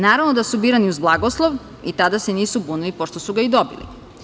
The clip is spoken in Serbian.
Naravno da su birani uz blagoslov i tada se nisu bunili, pošto su ga dobili.